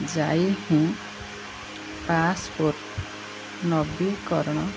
ଯାଇ ହିଁ ପାସ୍ପୋର୍ଟ ନବୀକରଣ